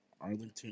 Arlington